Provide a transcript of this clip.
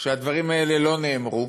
שהדברים האלה לא נאמרו.